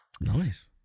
nice